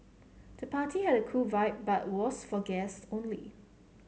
the party had a cool vibe but was for guests only